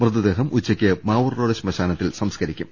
മൃതദേഹം ഉച്ചയ്ക്ക് മാവൂർ റോഡ് ശ്മശാനത്തിൽ സംസ്കരിക്കും